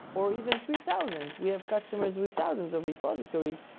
or even three thousand. we have customers with thousands of repositories,